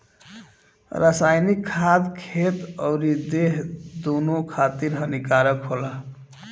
रासायनिक खाद खेत अउरी देह दूनो खातिर हानिकारक होला